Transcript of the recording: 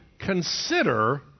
consider